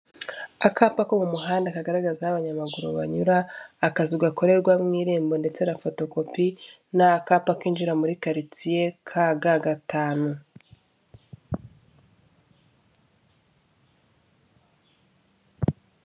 Akapa ko mu muhanda kagaragaza aho abanyamaguru banyura, akazu gakorerwamo irembo ndetse na fotokopi n' akapa kinjira muri karitsiye ka ga gatanu.